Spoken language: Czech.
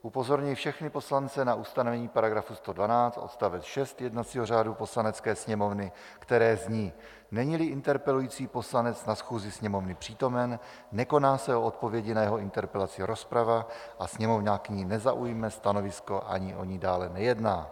Upozorňuji všechny poslance na ustanovení § 112 odst. 6 jednacího řádu Poslanecké sněmovny, které zní: Neníli interpelující poslanec na schůzi Sněmovny přítomen, nekoná se o odpovědi na jeho interpelaci rozprava a Sněmovna k ní nezaujme stanovisko ani o ní dále nejedná.